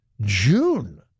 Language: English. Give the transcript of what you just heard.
June